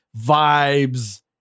vibes